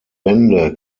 wende